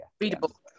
Readable